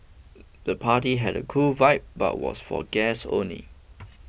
the party had a cool vibe but was for guests only